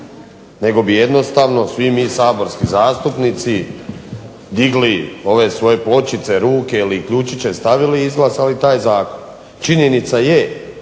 nego bi jednostavno svi mi saborski zastupnici digli ove svoje pločice, ruke ili ključiće stavili i izglasali taj zakon. Činjenica je,